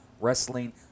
wrestling